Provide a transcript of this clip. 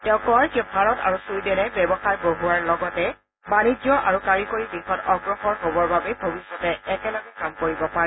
তেওঁ কয় যে ভাৰত আৰু চুইডেনে ব্যৱসায় বঢ়োৱাৰ লগতে বাণিজ্য আৰু কাৰিকৰী দিশত অগ্ৰসৰ হ'বৰ বাবে ভৱিষ্যতে একেলগে কাম কৰিব পাৰে